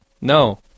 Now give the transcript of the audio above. no